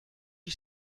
you